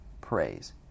praise